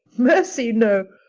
mercy, no!